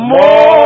More